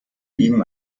ihm